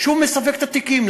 שהוא מסווג את התיקים,